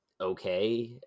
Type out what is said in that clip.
okay